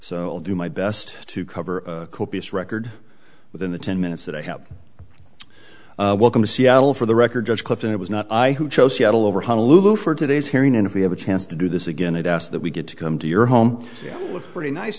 i'll do my best to cover copious record within the ten minutes that i have welcome to seattle for the record judge clifton it was not i who chose seattle over honolulu for today's hearing and if we have a chance to do this again i'd ask that we get to come to your home looks pretty nice